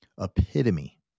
epitome